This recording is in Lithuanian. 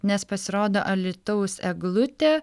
nes pasirodo alytaus eglutė